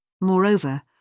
Moreover